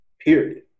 Period